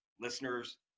listeners